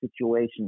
situation